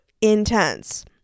intense